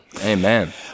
Amen